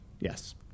yes